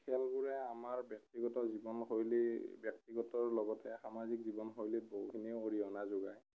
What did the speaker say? খেলবোৰে আমাৰ ব্যেক্তিগত জীৱনশৈলী ব্যক্তিগতৰ লগতে সামাজিক জীৱনশৈলীত বহুখিনি অৰিহণা যোগায়